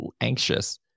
anxious